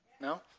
No